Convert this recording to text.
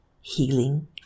healing